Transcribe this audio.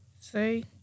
say